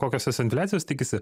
kokios tos infliacijos tikisi